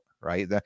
right